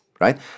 right